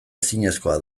ezinezkoa